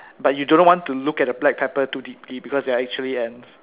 but you do not want to look at the black pepper too deeply because they're actually ants